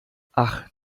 ach